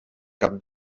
cap